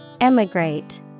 Emigrate